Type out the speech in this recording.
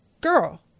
Girl